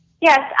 Yes